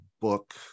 book